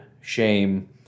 shame